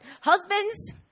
husbands